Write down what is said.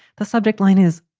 the subject line is.